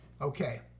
Okay